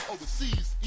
Overseas